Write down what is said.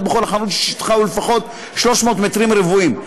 בכל חנות ששטחה הוא לפחות 300 מטרים רבועים.